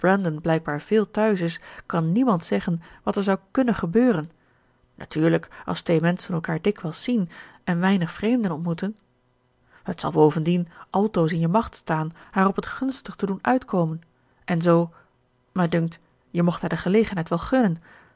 blijkbaar veel thuis is kan niemand zeggen wat er zou kunnen gebeuren natuurlijk als twee menschen elkaar dikwijls zien en weinig vreemden ontmoeten het zal bovendien altoos in je macht staan haar op het gunstigst te doen uitkomen en zoo mij dunkt je mocht haar de gelegenheid wel gunnen